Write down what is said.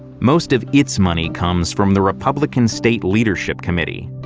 most of its money comes from the republican state leadership committee,